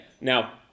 now